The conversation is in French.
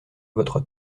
votre